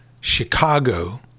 Chicago